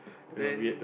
then